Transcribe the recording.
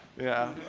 yeah.